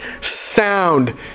sound